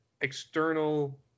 external